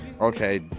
Okay